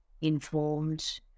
informed